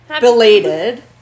Belated